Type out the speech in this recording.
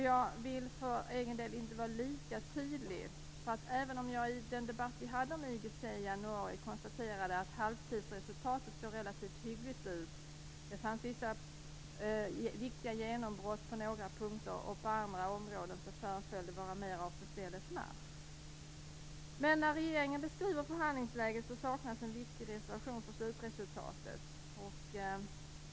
Jag vill för egen del inte vara lika tydlig. Även om jag i den debatt vi hade om IGC i januari konstaterade att halvtidsresultatet såg relativt hyggligt ut och att det fanns vissa viktiga genombrott på några punkter förfaller det på andra områden att vara mer av på stället marsch. När regeringen beskriver förhandlingsläget saknas en viktig reservation för slutresultatet.